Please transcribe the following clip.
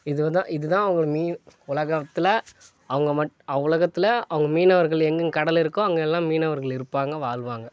இதுவுந்தான் இது தான் அவங்களோட மீன் உலகத்தில் அவங்க மட் அவ்வுலகத்தில் அவங்க மீனவர்கள் எங்கெங்க கடல் இருக்கோ அங்கே எல்லாம் மீனவர்கள் இருப்பாங்க வாழ்வாங்க